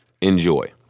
Enjoy